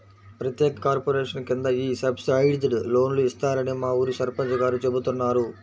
ప్రత్యేక కార్పొరేషన్ కింద ఈ సబ్సిడైజ్డ్ లోన్లు ఇస్తారని మా ఊరి సర్పంచ్ గారు చెబుతున్నారు